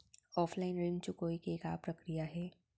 Offline ऋण चुकोय के का प्रक्रिया हे?